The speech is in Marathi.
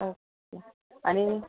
आणि